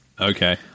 Okay